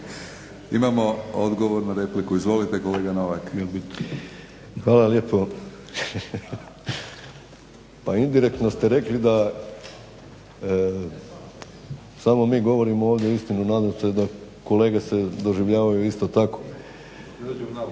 Mladen (Hrvatski laburisti - Stranka rada)** Hvala lijepo. Pa indirektno ste rekli da samo mi govorimo ovdje istinu. Nadam se da kolege se doživljavaju isto tako. Pa